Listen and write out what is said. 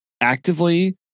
actively